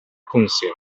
council